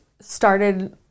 started